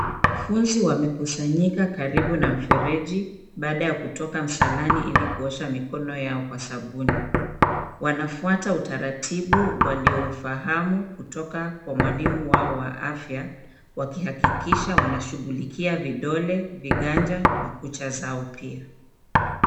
Wanafunzi wamekusanyika karibu na mfereji baada ya kutoka msalani ili kuosha mikono yao kwa sabuni, wanafuata utaratibu walio ufahamu kutoka kwa mwalimu wao wa afya wakihakikisha wanashughulikia vidole, viganja na kucha zao pia.